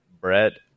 Brett